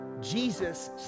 Jesus